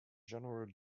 general